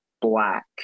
Black